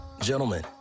Gentlemen